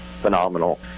phenomenal